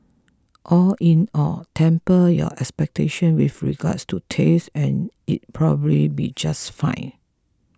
all in all temper your expectation with regards to taste and it'll probably be just fine